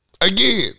Again